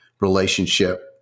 relationship